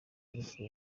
ariko